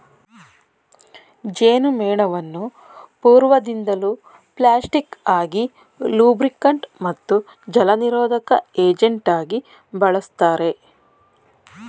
ಜೇನುಮೇಣವನ್ನು ಪೂರ್ವದಿಂದಲೂ ಪ್ಲಾಸ್ಟಿಕ್ ಆಗಿ ಲೂಬ್ರಿಕಂಟ್ ಮತ್ತು ಜಲನಿರೋಧಕ ಏಜೆಂಟಾಗಿ ಬಳುಸ್ತಾರೆ